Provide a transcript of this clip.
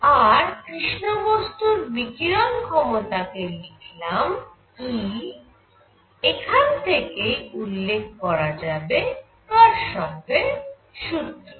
আর কৃষ্ণ বস্তুর বিকিরণ ক্ষমতা কে লিখলাম E এখান থেকেই উল্লেখ করা যাবে কারশফের সুত্রের Kirchhoff's rule